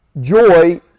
joy